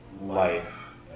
life